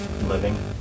living